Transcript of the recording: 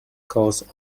cause